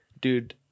Dude